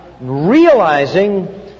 realizing